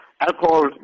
alcohol